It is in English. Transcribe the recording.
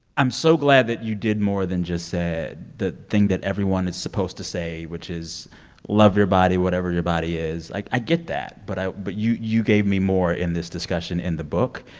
i'm so glad that you did more than just say the thing that everyone is supposed to say, which is love your body whatever your body is. like, i get that. but i but you you gave me more in this discussion in the book.